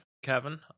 Kevin